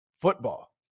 football